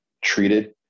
treated